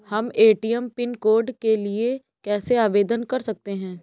हम ATM PIN code के लिए कैसे आवेदन कर सकते हैं?